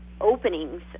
openings